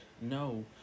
no